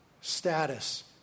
status